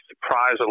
surprise